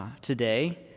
today